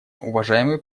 уважаемый